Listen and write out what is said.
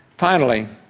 finally,